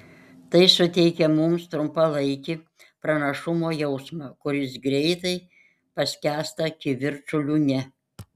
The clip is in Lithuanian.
tai suteikia mums trumpalaikį pranašumo jausmą kuris greitai paskęsta kivirčų liūne